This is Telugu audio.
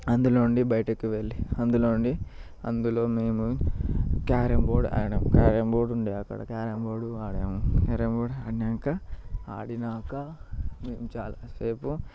అందులో నుండి బయటకు వెళ్ళి అందులో నుండి అందులో మేము క్యారం బోర్డ్ ఆడాము క్యారం బోర్డ్ ఉండే అక్కడ క్యారం బోర్డ్ ఆడాము క్యారం బోర్డ్ ఆడినాక ఆడినాక మేము చాలాసేపు